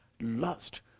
lust